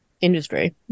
industry